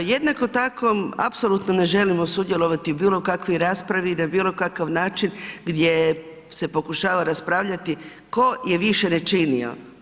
Jednako tako, apsolutno ne želimo sudjelovati u bilo kakvoj raspravi, na bilo kakav način gdje se pokušava raspraviti tko je više ne činio.